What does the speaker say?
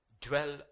Dwell